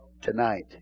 tonight